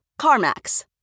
CarMax